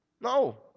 No